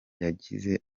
yagize